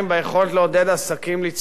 את היכולת לעודד עסקים לצמוח.